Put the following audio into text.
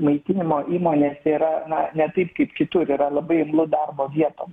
maitinimo įmonės yra na ne taip kaip kitur yra labai imlu darbo vietom